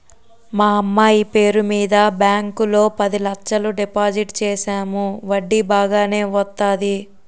మా అమ్మాయి పేరు మీద బ్యాంకు లో పది లచ్చలు డిపోజిట్ సేసాము వడ్డీ బాగానే వత్తాది